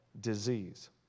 disease